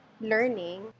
learning